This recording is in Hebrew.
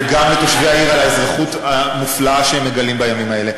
וגם לתושבי העיר על האזרחות המופלאה שהם מגלים בימים האלה.